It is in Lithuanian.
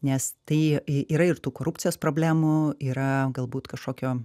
nes tai į yra ir tų korupcijos problemų yra galbūt kažkokio